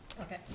Okay